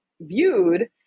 viewed